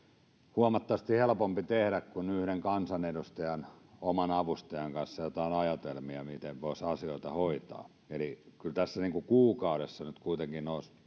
huomattavasti helpompi tehdä kuin yhden kansanedustajan oman avustajan kanssa jotain ajatelmia miten voisi asioita hoitaa eli kyllä tässä kuukaudessa nyt kuitenkin olisi